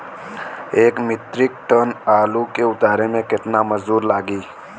एक metric ton आलू के उतारे मे कितना मजदूर लागि?